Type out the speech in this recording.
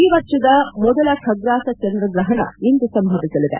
ಈ ವರ್ಷದ ಮೊದಲ ಖಗ್ರಾಸ ಜಂದ್ರಗ್ರಹಣ ಇಂದು ಸಂಭವಿಸಲಿದೆ